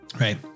Right